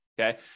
okay